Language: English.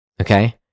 Okay